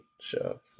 show